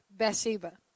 Bathsheba